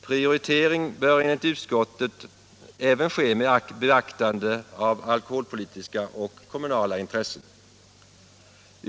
Prioritering bör enligt utskottet även ske med beaktande av alkoholpolitiska och kommunala intressen.